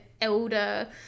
elder